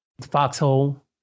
Foxhole